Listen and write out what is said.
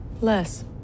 Less